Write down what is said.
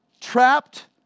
Trapped